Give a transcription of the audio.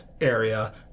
area